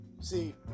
See